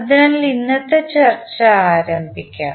അതിനാൽ ഇന്നത്തെ ചർച്ച ആരംഭിക്കാം